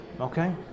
Okay